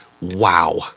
wow